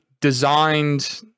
designed